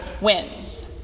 wins